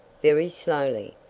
very slowly.